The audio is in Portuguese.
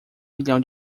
milhão